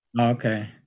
Okay